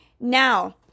Now